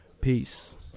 Peace